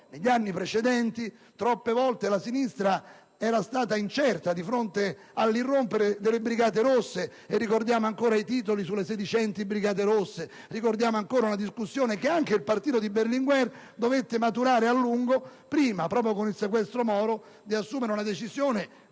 Negli anni precedenti troppe volte la sinistra era stata incerta di fronte all'irrompere delle Brigate Rosse. Ricordiamo ancora i titoli sulle sedicenti Brigate Rosse e una discussione che anche il partito di Berlinguer dovette maturare a lungo, proprio con il sequestro Moro, prima di assumere una decisione